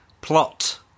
Plot